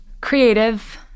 Creative